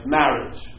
marriage